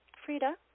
Frida